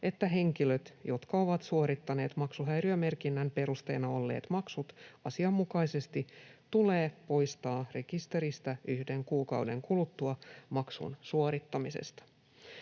että henkilöt, jotka ovat suorittaneet maksuhäiriömerkinnän perusteena olleet maksut asianmukaisesti, tulee poistaa rekisteristä yhden kuukauden kuluttua maksun suorittamisesta.